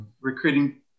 Recruiting